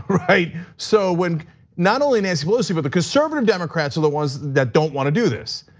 right? so, when not only nancy pelosi but the conservative democrats are the ones that don't want to do this.